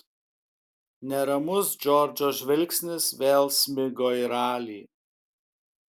neramus džordžo žvilgsnis vėl smigo į ralį